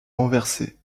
renversé